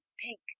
pink